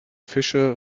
fische